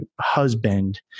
husband